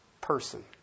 person